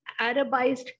Arabized